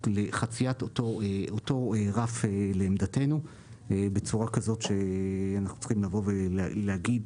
לחציית אותו רף לעמדתנו בצורה כזאת שצריכים לבוא ולהגיד